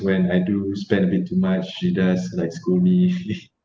when I do spend a bit too much she does like scold me